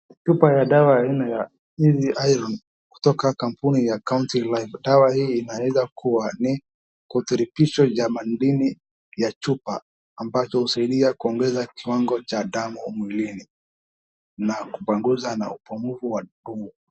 Chupa ya dawa aina ya easy iron kutoka kampuni ya county life , dawa hii inaweza kuwa ni kiturubisho cha madini ya chupa ambacho usaidia kuongeza kiwango cha damu mwilini na kupunguzwa na upungufu wa nguvu.